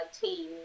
team